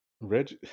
Reg